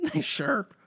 sure